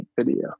video